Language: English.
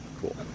Cool